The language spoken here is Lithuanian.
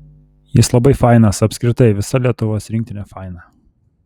jis labai fainas apskritai visa lietuvos rinktinė faina